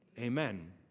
Amen